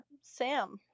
Sam